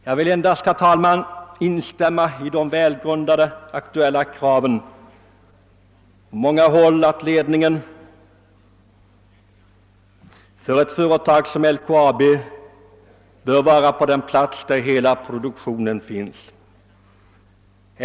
Jag vill endast instämma i de välgrundade aktuella kraven från många håll att ledningen för ett företag som LKAB bör vara på den plats där produktionen finns.